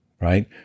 right